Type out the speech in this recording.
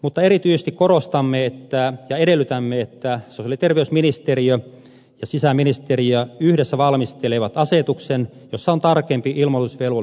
mutta erityisesti korostamme ja edellytämme että sosiaali ja terveysministeriö ja sisäministeriö yhdessä valmistelevat asetuksen jossa on tarkempi ilmoitusvelvollisuuden kynnys